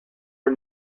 are